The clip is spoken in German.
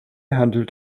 handelt